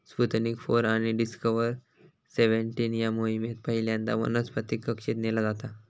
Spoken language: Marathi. स्पुतनिक फोर आणि डिस्कव्हर सेव्हनटीन या मोहिमेत पहिल्यांदा वनस्पतीक कक्षेत नेला जाता